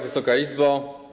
Wysoka Izbo!